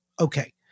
Okay